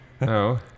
no